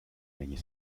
gagner